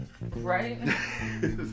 Right